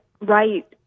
right